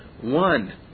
one